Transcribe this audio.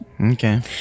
okay